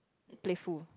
playful